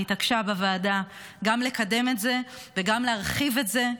היא התעקשה בוועדה גם לקדם את זה וגם להרחיב את זה,